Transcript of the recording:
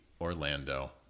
Orlando